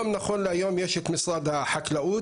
נכון להיום יש את משרד החקלאות,